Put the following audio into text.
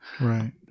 Right